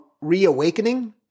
reawakening